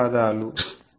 ధన్యవాదాలు